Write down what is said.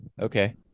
Okay